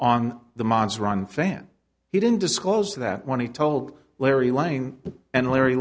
on the monster on fan he didn't disclose that when he told larry lange and larry